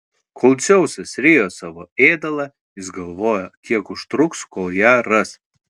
kol dzeusas rijo savo ėdalą jis galvojo kiek užtruks kol ją ras